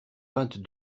vingt